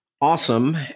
awesome